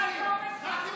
מה הטופס חשוב?